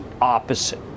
opposite